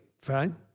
Fine